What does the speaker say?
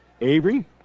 Avery